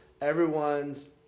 everyone's